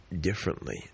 differently